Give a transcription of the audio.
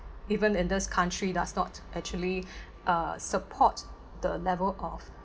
even in this country does not actually uh support the level of